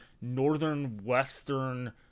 northern-western